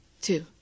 Two